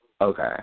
Okay